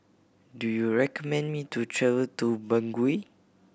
do you recommend me to travel to Bangui